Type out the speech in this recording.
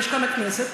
במשכן הכנסת.